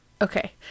Okay